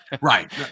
Right